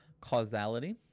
Causality